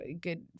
good